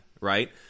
right